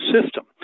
system